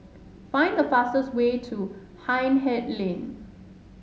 find the fastest way to Hindhede Lane